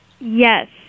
Yes